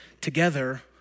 together